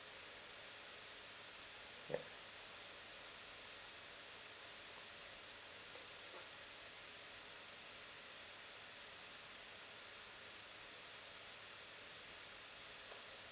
ya